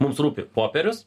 mums rūpi popierius